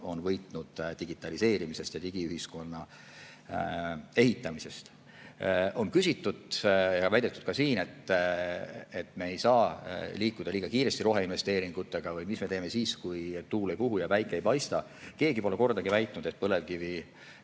on võitnud digitaliseerimisest ja digiühiskonna ehitamisest. On küsitud ja väidetud ka siin, et me ei saa liikuda liiga kiiresti roheinvesteeringutega või mis me teeme siis, kui tuul ei puhu ja päike ei paista. Keegi pole kordagi väitnud, et